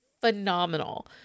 phenomenal